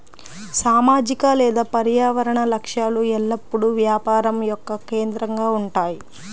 సామాజిక లేదా పర్యావరణ లక్ష్యాలు ఎల్లప్పుడూ వ్యాపారం యొక్క కేంద్రంగా ఉంటాయి